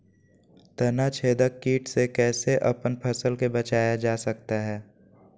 तनाछेदक किट से कैसे अपन फसल के बचाया जा सकता हैं?